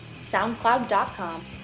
SoundCloud.com